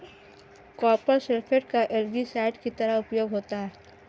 copper sulphate का algicide की तरह उपयोग होता है